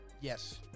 Yes